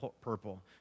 purple